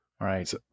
Right